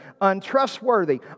untrustworthy